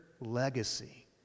legacy